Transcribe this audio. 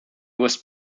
was